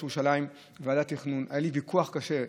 ירושלים בוועדת התכנון היה לי ויכוח קשה,